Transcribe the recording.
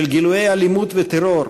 של גילויי אלימות וטרור,